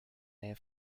nähe